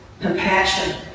compassion